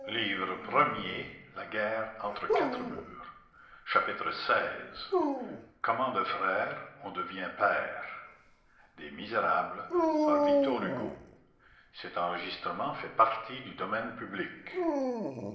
xvi comment de frère on devient père